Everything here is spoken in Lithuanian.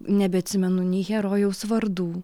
nebeatsimenu nei herojaus vardų